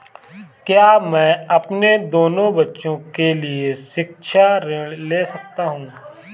क्या मैं अपने दोनों बच्चों के लिए शिक्षा ऋण ले सकता हूँ?